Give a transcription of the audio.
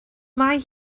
mae